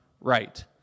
right